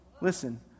Listen